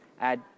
add